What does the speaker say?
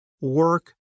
work